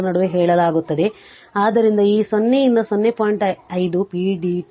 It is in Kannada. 5 ರ ನಡುವೆ ಕೇಳಲಾಗುತ್ತದೆ ಆದ್ದರಿಂದ ಈ 0 ರಿಂದ 0